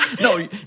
No